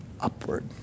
Upward